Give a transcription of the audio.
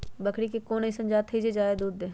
बकरी के कोन अइसन जात हई जे जादे दूध दे?